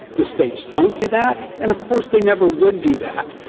the states don't do that and, of course, they never would do that,